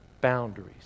Boundaries